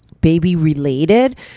baby-related